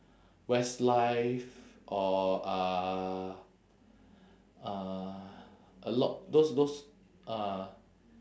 westlife or uh uh a lot those those uh